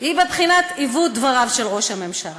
היא בבחינת עיוות דבריו של ראש הממשלה.